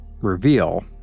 reveal